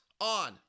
On